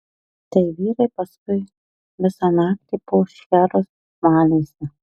tai vyrai paskui visą naktį po šcherus malėsi